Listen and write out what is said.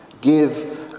give